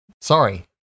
Sorry